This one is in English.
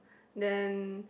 then